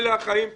אלה החיים פה.